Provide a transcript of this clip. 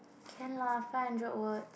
can lah five hundred word